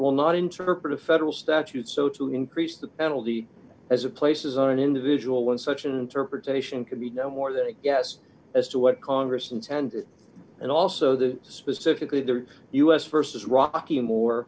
will not interpret a federal statute so to increase the penalty as a places on an individual in such an interpretation can be no more than a guess as to what congress intended and also the specifically the u s versus rockeymoore